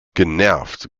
genervt